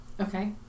Okay